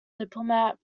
diplomat